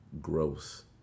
gross